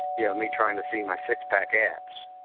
yeah me trying to see my six packets,